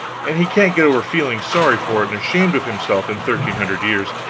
and he can't get over feeling sorry for it and ashamed of himself in thirteen hundred years,